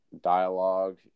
dialogue